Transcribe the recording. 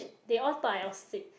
they all thought I was sick